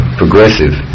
progressive